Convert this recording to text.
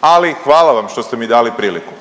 Ali hvala vam što ste mi dali priliku.